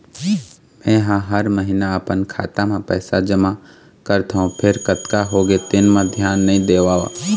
मेंहा हर महिना अपन खाता म पइसा जमा करथँव फेर कतका होगे तेन म धियान नइ देवँव